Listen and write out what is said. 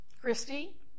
Christy